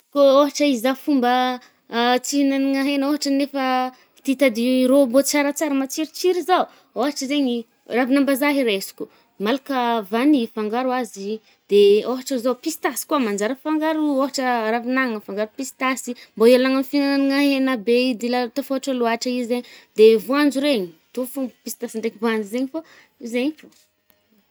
Kô ôhatra izah fomba tsy ihinagnana hena nefa ôhatra ti-hitady ro mbô tsaratsara, matsirotsiro zao. Ôhatra zaigny, ravina ambazaha hiraisiko, malaka vanille fangaro azy i,de ôhatra zao pistasy koà manjary afangaro ôhatra ravign’anana afangaro pistasy. Mbô ialagna amy fihinanagna hena be io dila tôfôtra lôtra izy e, de voanjo regny, mitôvy fôgna pistasy ndraiky voanjo zaigny fô zay fô.